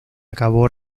acabó